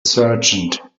sergeant